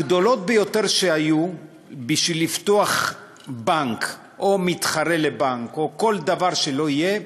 הגדולות ביותר שהיו בשביל לפתוח בנק או מתחרה לבנק או כל דבר שלא יהיה,